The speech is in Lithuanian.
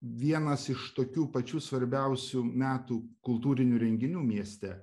vienas iš tokių pačių svarbiausių metų kultūrinių renginių mieste